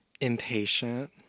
Impatient